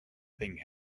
thing